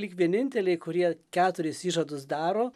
lyg vieninteliai kurie keturis įžadus daro